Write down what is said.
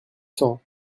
cents